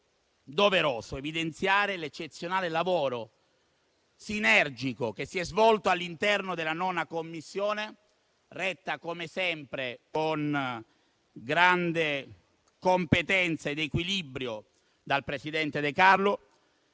doveroso evidenziare l'eccezionale lavoro sinergico che si è svolto all'interno della 9a Commissione, retta come sempre con grande competenza ed equilibrio dal presidente De Carlo,